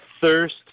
thirst